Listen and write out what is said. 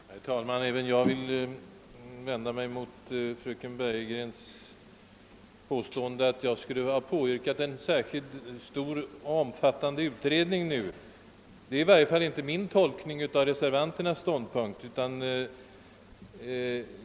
Herr talman! Även jag vill vända mig mot fröken Bergegrens påstående, att vi skulle ha påyrkat en särskilt stor och omfattande utredning nu. Det är i varje fall inte min tolkning av reservanternas ståndpunkt.